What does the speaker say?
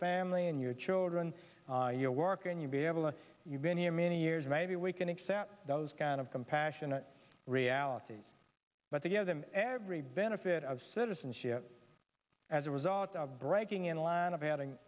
family and your children your work and you'll be able to you've been here many years maybe we can accept those kind of compassionate realities but to give them every benefit of citizenship as a result of breaking in a line of having